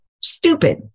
stupid